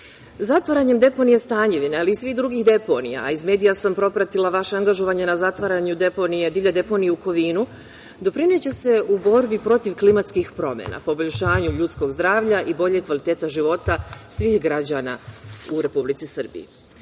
deponije. Zatvaranjem deponije Stanjevine, ali i svih drugih deponija, a iz medija sam propratila vaše angažovanje na zatvaranju deponije, divlje deponije u Kovinu, doprineće se u borbi protiv klimatskih promena, poboljšanju ljudskog zdravlja i boljeg kvaliteta života svih građana u Republici Srbiji. Iako